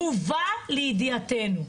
הובא לידיעתנו,